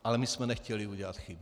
Ale my jsme nechtěli udělat chybu.